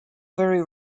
very